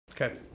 okay